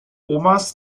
omas